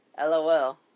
lol